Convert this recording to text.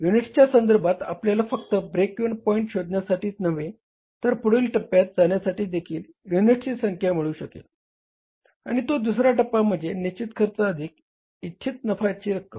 युनिट्सच्या संदर्भात आपल्याला फक्त ब्रेक इव्हन पॉईंट शोधण्यासाठीच नव्हे तर पुढील टप्प्यात जाण्यासाठी देखील युनिट्सची संख्या मिळू शकेल आणि तो दुसरा टप्पा म्हणजे निश्चित खर्च अधिक इच्छित नफ्याची रक्कम